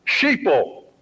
sheeple